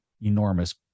enormous